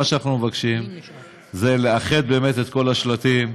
מה שאנחנו מבקשים זה לאחד את כל השלטים,